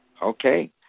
Okay